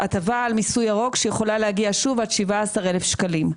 הטבה על מיסוי ירוק שיכולה להגיע שוב עד 17 אלף שקלים.